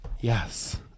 Yes